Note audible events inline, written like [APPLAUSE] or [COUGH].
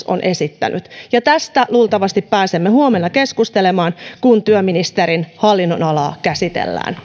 [UNINTELLIGIBLE] on esittänyt ja tästä luultavasti pääsemme huomenna keskustelemaan kun työministerin hallinnonalaa käsitellään [UNINTELLIGIBLE]